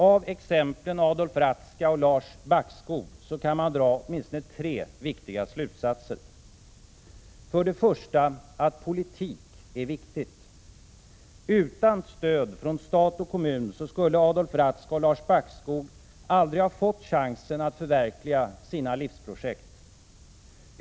Av exemplen Adolf Ratzka och Lars Backskog kan man dra åtminstone tre viktiga slutsatser. För det första att politik är viktigt. Utan stöd från stat och kommun skulle Adolf Ratzka och Lars Backskog aldrig ha fått chansen att förverkliga sina livsprojekt.